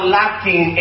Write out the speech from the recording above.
lacking